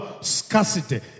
scarcity